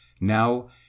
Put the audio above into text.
Now